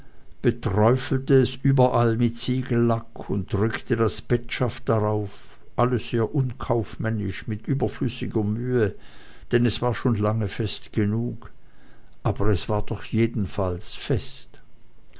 beträufelte es überall mit siegellack und drückte das petschaft darauf alles sehr unkaufmännisch mit überflüssiger mühe denn es war schon lange fest genug aber es war doch jedenfalls fest